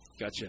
Gotcha